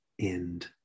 end